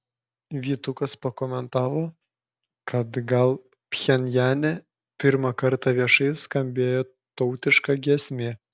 vytukas pakomentavo kad gal pchenjane pirmą kartą viešai skambėjo tautiška giesmė